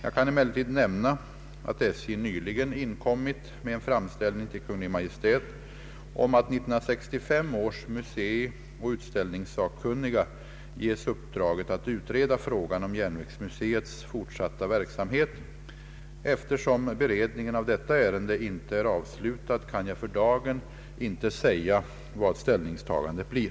Jag kan emellertid nämna, att SJ nyligen inkommit med en framställning till Kungl. Maj:t om att 1965 års museioch utställningssakkunniga ges uppdraget att utreda frågan om järnvägsmuseets fortsatta verksamhet. Ef tersom beredningen av detta ärende inte är avslutad, kan jag för dagen inte säga vad ställningstagandet blir.